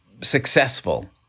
successful